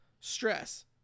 stress